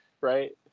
right